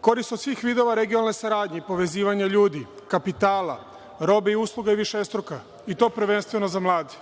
Korist od svih vidova regionalne saradnje i povezivanja ljudi, kapitala, robe i usluga je višestruka, i to prvenstveno za mlade.